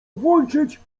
włączyć